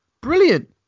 Brilliant